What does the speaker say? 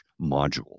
module